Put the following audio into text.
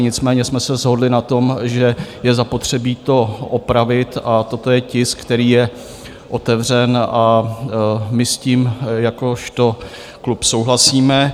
Nicméně jsme se shodli na tom, že je zapotřebí to opravit, a toto je tisk, který je otevřen a my s tím jakožto klub souhlasíme.